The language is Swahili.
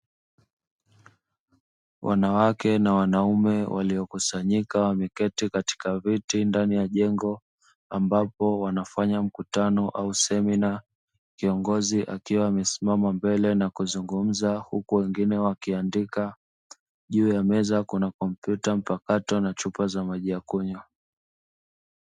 Wanawake na wanaume walio kusanyika wameketi katika viti ndani ya jengo ambapo wanafanya mkutano ama semina, kiongozi akiwa amesimama mbele na kuzungumza huku wengine wakiandika. Juu ya meza kuna kompyuta mpakato na chupa za maji ya kunywa.